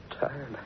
tired